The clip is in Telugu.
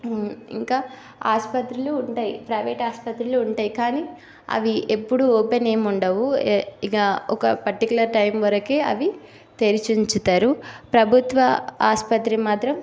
ఇంకా ఆసుపత్రులు ఉంటాయి ప్రైవేట్ ఆసుపత్రులు ఉంటాయి కానీ అవి ఎప్పుడూ ఓపెన్ ఏమీ ఉండవు ఇక ఒక పర్టిక్యులర్ టైమ్ వరకే అవి తెరచి ఉంచుతారు ప్రభుత్వ ఆసుపత్రి మాత్రం